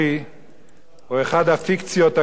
הוא אחת הפיקציות הגדולות ביותר